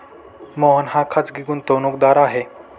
मोहन हा खाजगी गुंतवणूकदार आहे